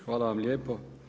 Hvala vam lijepo.